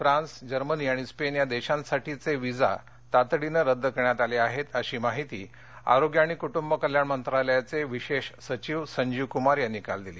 France Germany आणि Spain या देशांसाठीचे व्हिसा तातडीनं रद्द करण्यात आले आहेत अशी माहिती आरोग्य आणि कुटुंब कल्याण मंत्रालयाचे विशेष सचिव संजीव कुमार यांनी काल दिली